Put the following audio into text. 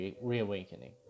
reawakening